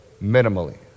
minimally